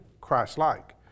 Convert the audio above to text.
Christ-like